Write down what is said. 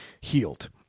healed